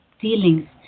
feelings